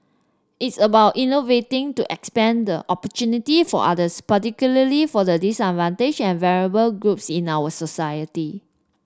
it's about innovating to expand the opportunity for others particularly for the disadvantaged and vulnerable groups in our society